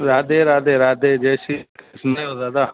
राधे राधे राधे जय श्री कृष्ण दादा